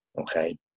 okay